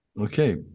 Okay